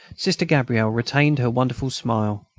sister gabrielle retained her wonderful smile.